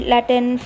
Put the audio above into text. Latin